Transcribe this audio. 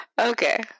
Okay